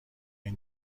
این